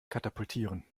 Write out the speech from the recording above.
katapultieren